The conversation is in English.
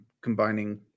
combining